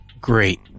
Great